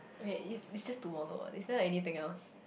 wait it it's just tomollow what is there anything else